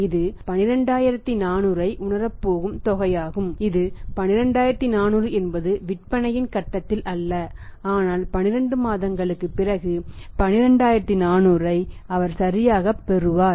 இது 12400 ஐ உணரப் போகும் தொகையாகும் இது 12400 என்பது விற்பனையின் கட்டத்தில் அல்ல ஆனால் 12 மாதங்களுக்குப் பிறகு 12400 ஐ அவர் சரியாகப் பெறுவார்